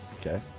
Okay